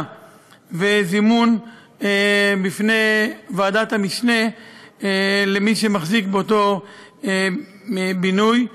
וזימון בפני ועדת המשנה למי שמחזיק באותו בינוי.